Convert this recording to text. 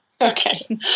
Okay